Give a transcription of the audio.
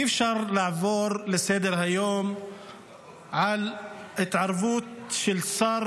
אי-אפשר לעבור לסדר-היום על התערבות של שר